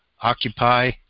Occupy